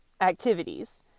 activities